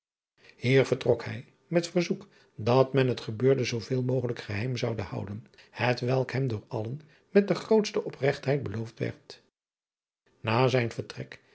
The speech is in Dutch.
vertrok hij met verzoek dat men het gebeurde zooveel mogelijk geheim zoude houden hetwelk hem door allen met de grootste opregtheid beloofd werd a zijn vertrek